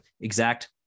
exact